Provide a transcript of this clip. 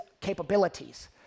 capabilities